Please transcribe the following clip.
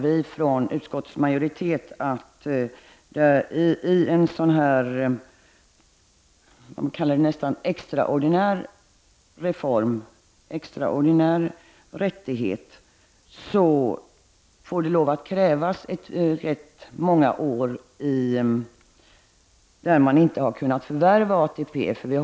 Vi i utskottsmajoriteten menar att det för att man skall få en sådan här närmast extraordinär rättighet skall krävas att man under rätt många år har avstått från att förvärva ATP-poäng.